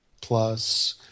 plus